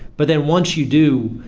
but then once you do,